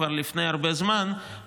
כבר לפני הרבה זמן,